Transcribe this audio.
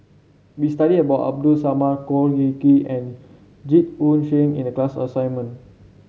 we studied about Abdul Samad Khor Ean Ghee and Jit Koon Ch'ng in the class assignment